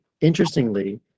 interestingly